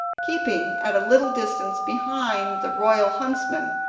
keeping at a little distance behind the royal huntsmen,